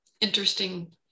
interesting